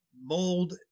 mold